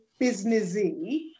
businessy